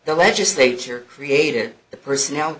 the legislature created the personnel